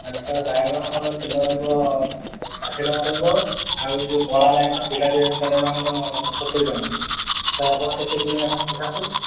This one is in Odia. ତ ବାଇଗଣ ଆମର କିଲୋ ରହିବ ଷାଠିଏ ଟଙ୍କା ରହିବ ଆଉ ଯେଉଁ କଳା ବାଇଗଣ ବିଲାତି ବାଇଗଣଟା ରହିବ ଆମର ସତୁରୀ ଟଙ୍କା ସାର୍ ଆପଣ କେତେ କିଲୋ